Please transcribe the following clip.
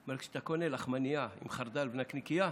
כשאתה קונה לחמנייה עם חרדל ונקניקייה,